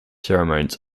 sermons